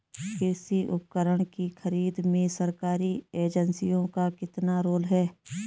कृषि उपकरण की खरीद में सरकारी एजेंसियों का कितना रोल है?